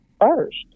first